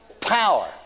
Power